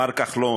מר כחלון,